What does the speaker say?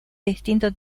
distinto